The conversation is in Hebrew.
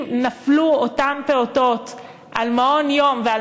אם נפלו אותם פעוטות על מעון-יום ועל